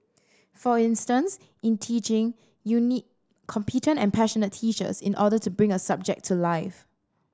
for instance in teaching you need competent and passionate teachers in order to bring a subject to life